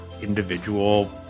individual